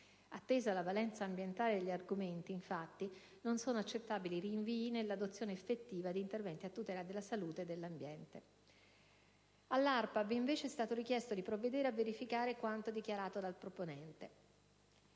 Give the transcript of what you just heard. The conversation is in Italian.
Attesa la valenza ambientale degli argomenti, infatti, non sono accettabili rinvii nell'adozione effettiva di interventi a tutela della salute e dell'ambiente. All'ARPAB, invece, è stato richiesto di provvedere a verificare quanto dichiarato dal proponente.